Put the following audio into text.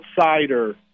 outsider